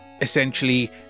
essentially